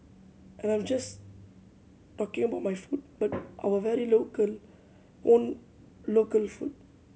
and I'm just talking about my food but our very local own local food